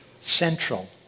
central